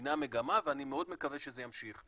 ששינה מגמה ואני מאוד מקווה שימשיך,